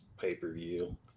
pay-per-view